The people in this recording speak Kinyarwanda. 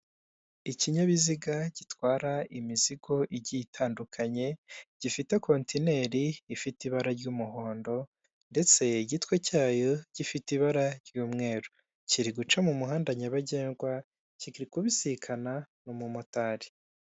Ikinyabiziga gitwara imizigo igitandukanye, gifite kontineri ifite ibara ry'umuhondo, ndetse igitwe cyayo gifite ibara ry'umweru, kiri guca mu muhanda nyabagendwa kiri kubisikana n'umumotari.